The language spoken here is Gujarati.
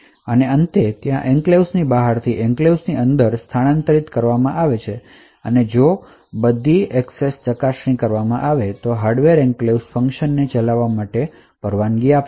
અને અંતે ત્યાં એન્ક્લેવ્સ ની બહારથી એન્ક્લેવ્સ ની અંદરથી સ્થાનાંતરણ કરવામાં આવ્યું છે અને જો બધી પરવાનગી ચકાસણી કરવામાં આવી છે તો હાર્ડવેર એન્ક્લેવ્સ ફંક્શનને ચલાવવા માટે પરવાનગી આપશે